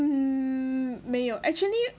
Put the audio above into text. mm 没有 actually